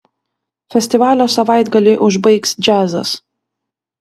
festivalio savaitgalį užbaigs džiazas